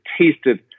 tasted